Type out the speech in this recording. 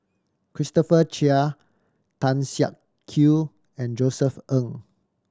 Christopher Chia Tan Siak Kew and Josef Ng